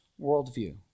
worldview